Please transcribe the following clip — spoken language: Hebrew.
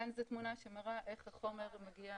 כאן זו תמונה שמראה איך החומר מגיע